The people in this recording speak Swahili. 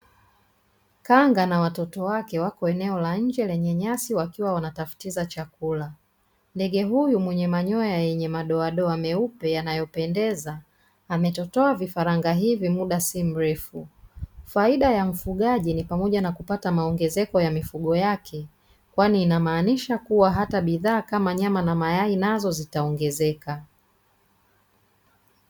Kanga na watoto wake wako eneo la nje lenye nyasi wakiwa wanatafutiza chakula. Ndege huyu mwenye manyoya yenye madoadoa meupe yanayopendeza, ametotoa vifaranga hivi muda si mrefu. Faida ya mfugaji ni pamoja kupata maongezeko ya mifugo yake kwani inamaanisha kuwa hata bidhaa kama nyama na mayai nazo zitaongezeka.